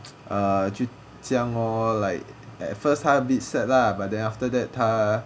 err 就酱 lor like at first 他 a bit sad lah but then after that 他